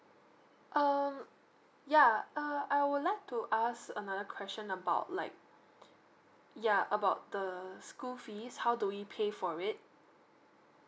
um yeah uh I would like to ask another question about like yeah about the school fees how do we pay for it